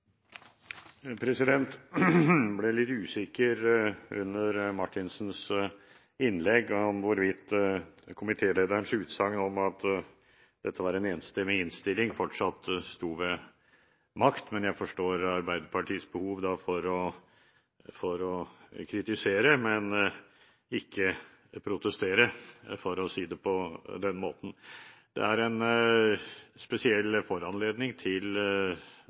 ble litt usikker under Marthinsens innlegg på hvorvidt komitélederens utsagn om at dette var en enstemmig innstilling, fortsatt sto ved makt. Men jeg forstår Arbeiderpartiets behov for å kritisere, men ikke protestere – for å si det på den måten. Det er en spesiell foranledning til